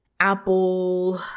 Apple